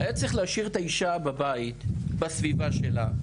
היה צריך להשאיר את האישה בבית, בסביבה שלה.